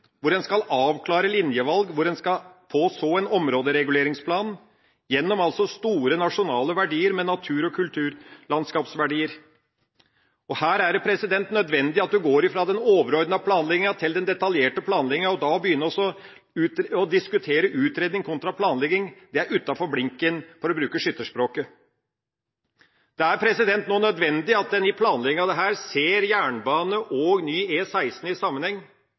hvor en skal ivareta lokaldemokratiet, hvor en skal avklare linjevalg, hvor en så skal få en områdereguleringsplan gjennom store nasjonale verdier med natur- og kulturlandskapsverdier. Her er det nødvendig at en går fra den overordnede planlegginga til den detaljerte planlegginga, og da å begynne å diskutere utredning kontra planlegging, er utenfor blinken, for å bruke skytterspråket. Det er nødvendig at man i planlegginga av dette ser jernbane og ny E16 i sammenheng.